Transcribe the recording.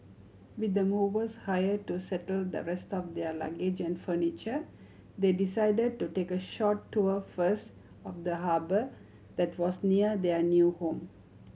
with the movers hire to settle the rest of their luggage and furniture they decided to take a short tour first of the harbour that was near their new home